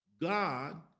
God